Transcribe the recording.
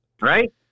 right